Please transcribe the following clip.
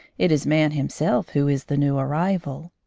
it is man himself who is the new arrival.